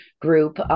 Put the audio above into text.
group